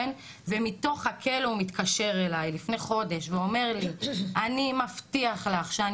ומתוך הכלא הוא מתקשר אלי לפני חודש ואומר לי 'אני מבטיח לך שאני